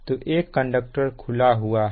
तो एक कंडक्टर खुला हुआ है